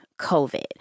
COVID